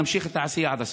נמשיך את העשייה עד הסוף.